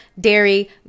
dairy